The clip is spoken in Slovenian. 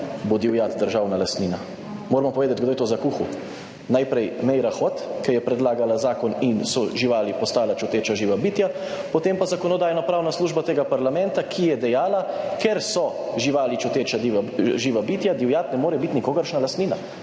bo divjad državna lastnina, moramo povedati kdo je to zakuhal. 51. TRAK: (NB) – 14.10 (nadaljevanje) Najprej Meira Hot, ki je predlagala zakon in so živali postala čuteča živa bitja, potem pa Zakonodajno-pravna služba tega parlamenta, ki je dejala, ker so živali čuteča živa bitja, divjad ne more biti nikogaršnja lastnina.